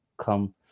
come